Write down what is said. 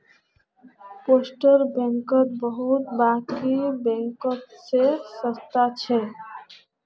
postal बचत bank बाकी बैंकों से बहुत सस्ता छे